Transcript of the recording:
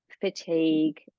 fatigue